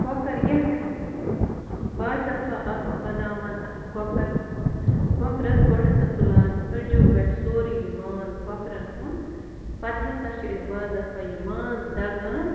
کۄکَر یَکھٕنۍ تہِ بعض دَفعہ اَتھ بَناوان اَتھ کۄکَر کۄکرَس گۄڈٕ ہَسا تُلان أڈجیٛو پٮ۪ٹھ سورُے یہِ ماز کۄکرَن ہُنٛد پَتہٕ ہَسا چھِ أسۍ بعض دَفعہ یہِ ماز دَگان